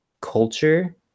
culture